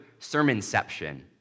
sermonception